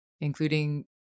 including